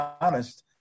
honest